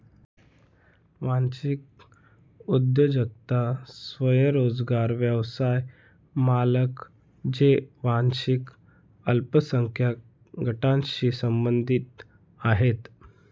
वांशिक उद्योजकता स्वयंरोजगार व्यवसाय मालक जे वांशिक अल्पसंख्याक गटांशी संबंधित आहेत